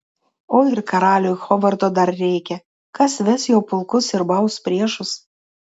o ir karaliui hovardo dar reikia kas ves jo pulkus ir baus priešus